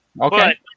Okay